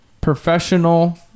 professional